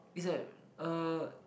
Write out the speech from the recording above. is like uh